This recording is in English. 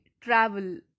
travel